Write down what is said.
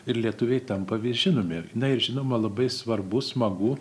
ir lietuviai tampa vis žinomi ir žinoma labai svarbu smagu